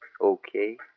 Okay